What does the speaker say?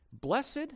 Blessed